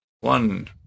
One